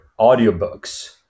audiobooks